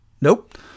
Nope